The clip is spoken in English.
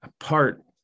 apart